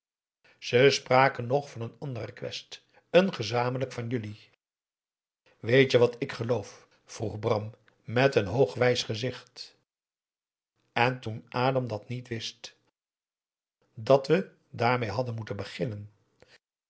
ze spraken nog van een ander request een gezamenlijk van jullie weet je wat ik geloof vroeg bram met een hoogwijs gezicht en toen adam dat niet wist dat we daarmee hadden moeten beginnen